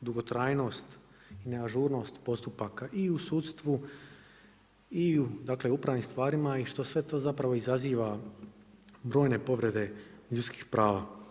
dugotrajnost, neažurnost postupaka i u sudstvu i u dakle upravnim stvarima i što sve to zapravo izaziva brojne povrede ljudskih prava.